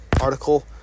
article